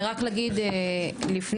ורק להגיד לפני,